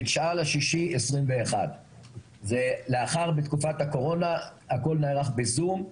ב- 9.6.2021. לאחר תקופת הקורונה הכל נערך בזום,